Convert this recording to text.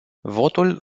votul